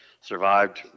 survived